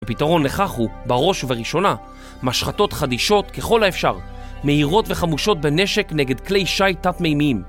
הפתרון לכך הוא, בראש ובראשונה- משחטות חדישות ככל האפשר, מהירות וחמושות בנשק נגד כלי שיט תת-מימיים.